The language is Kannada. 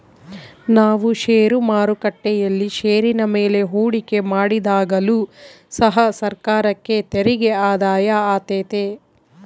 ನಾವು ಷೇರು ಮಾರುಕಟ್ಟೆಯಲ್ಲಿ ಷೇರಿನ ಮೇಲೆ ಹೂಡಿಕೆ ಮಾಡಿದಾಗಲು ಸಹ ಸರ್ಕಾರಕ್ಕೆ ತೆರಿಗೆ ಆದಾಯ ಆತೆತೆ